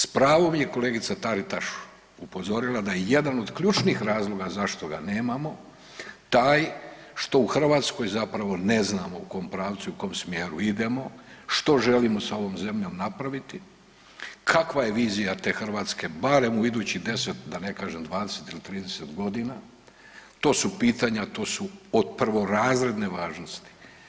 S pravom je kolegica Taritaš upozorila da je jedan od ključnih razloga zašto ga nemamo taj što u Hrvatskoj zapravo ne znamo u kom pravcu i kom smjeru idemo, što želimo s ovom zemljom napraviti, kakva je vizija te Hrvatske barem u idućih 10 da ne kažem 20 ili 30 g., to su pitanja, to su od prvorazredne važnosti.